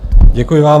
Děkuji vám.